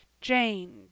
Jane